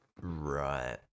right